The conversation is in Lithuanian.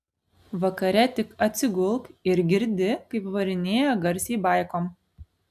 vakare tik atsigulk ir girdi kaip varinėja garsiai baikom